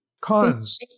Cons